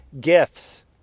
gifts